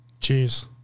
Jeez